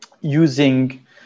using